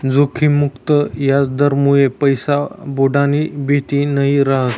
जोखिम मुक्त याजदरमुये पैसा बुडानी भीती नयी रहास